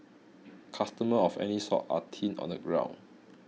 customers of any sort are thin on the ground